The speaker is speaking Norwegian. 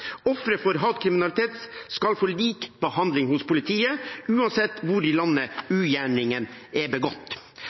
Ofre for hatkriminalitet skal få lik behandling hos politiet, uansett hvor i landet ugjerningen er begått.